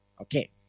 Okay